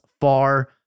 far